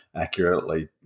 accurately